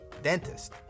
Dentist